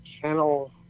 Channel